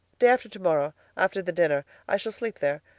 day after to-morrow, after the dinner. i shall sleep there.